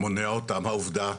מונעת אותם העובדה.